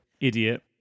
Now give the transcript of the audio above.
idiot